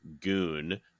Goon